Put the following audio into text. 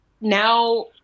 now